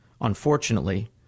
unfortunately